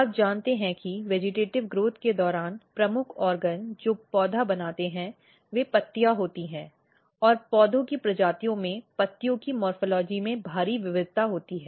आप जानते हैं कि वेजिटेटिव़ विकास के दौरान प्रमुख ऑर्गन जो पौधे बनाते हैं वे पत्तियां होती हैं और पौधों की प्रजातियों में पत्तियों के मॉर्फ़ॉलजी में भारी विविधता होती है